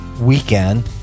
Weekend